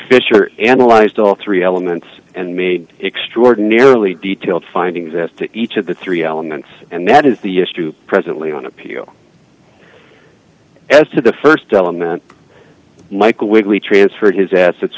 fisher analyzed all three elements and made extraordinarily detailed findings as to each of the three elements and that is the issue presently on appeal as to the st element michael wigley transfer his assets